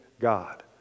God